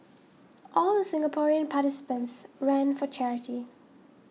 all the Singaporean participants ran for charity